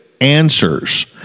answers